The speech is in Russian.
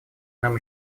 нам